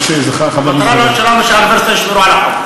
מה שחבר, המטרה שלנו, שבאוניברסיטה ישמרו על החוק.